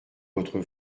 votre